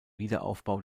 wiederaufbau